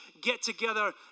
get-together